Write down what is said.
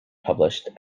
published